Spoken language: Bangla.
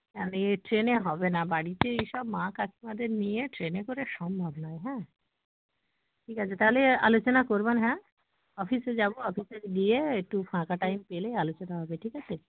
না এই ট্রেনে হবে না বাড়িতে এই সব মা কাকিমাদের নিয়ে ট্রেনে করে সম্ভব নয় হ্যাঁ ঠিক আছে তাহলে আলোচনা করবেন হ্যাঁ অফিসে যাবো অফিসে গিয়ে একটু ফাঁকা টাইম পেলে আলোচনা হবে ঠিক আছে